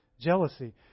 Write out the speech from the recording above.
jealousy